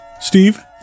Steve